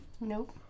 Nope